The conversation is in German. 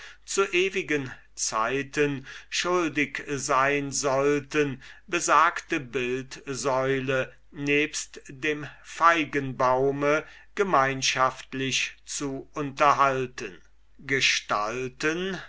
zu ewigen zeiten schuldig sein sollten besagte bildsäule nebst dem feigenbaum gemeinschaftlich zu unterhalten gestalten